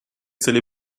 till